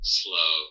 slow